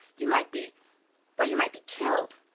you might be why, you might be killed.